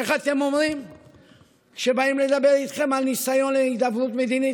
איך אתם אומרים כשבאים לדבר איתכם על ניסיון להידברות מדינית?